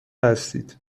هستید